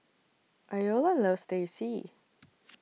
Iola loves Teh C